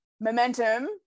momentum